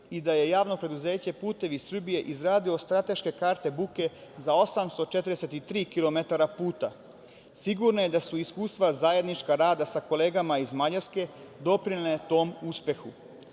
i da je Javno preduzeće „Putevi Srbije“ izgradilo strateške karte buke za 843 km puta. Sigurno je da su iskustva zajedničkog rada sa kolegama iz Mađarske doprinela tom uspehu. Takođe,